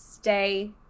Stay